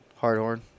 Hardhorn